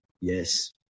yes